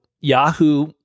Yahoo